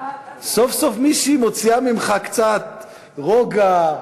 סוף-סוף מישהי מוציאה ממך קצת רוגע,